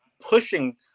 pushing